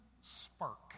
spark